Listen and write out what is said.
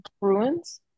ruins